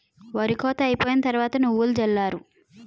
ఒరి కోత అయిపోయిన తరవాత నువ్వులు జల్లారు